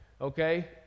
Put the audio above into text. okay